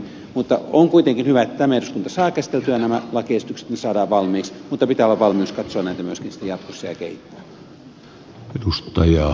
mutta on kuitenkin hyvä että tämä eduskunta saa käsiteltyä nämä lakiesitykset ja ne saadaan valmiiksi mutta pitää olla valmius katsoa ja kehittää näitä myöskin sitten jatkossa